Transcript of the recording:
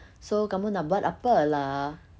so kamu nak buat apa lah